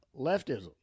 leftism